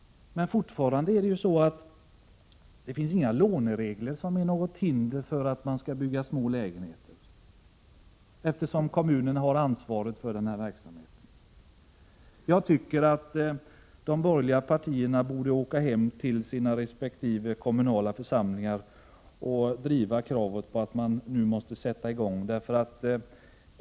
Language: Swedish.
Fortfarande finns det inga låneregler som utgör något hinder då man skall bygga små lägenheter. Kommunerna har ju ansvaret för denna verksamhet. Jag tycker att de borgerliga partierna borde åka hem till sina resp. kommunala församlingar och driva kravet på att man nu måste sätta i gång med detta.